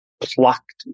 plucked